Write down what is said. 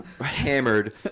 Hammered